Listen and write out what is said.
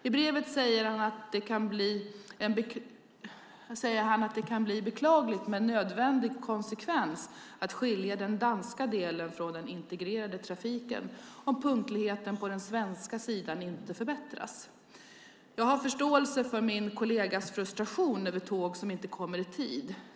I brevet säger han att det kan bli en beklaglig men nödvändig konsekvens att skilja den danska delen från den integrerade trafiken om punktligheten på den svenska sidan inte förbättras. Jag har förståelse för min kollegas frustration över tåg som inte kommer i tid.